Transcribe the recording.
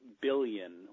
billion